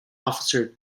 officer